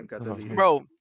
Bro